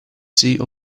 see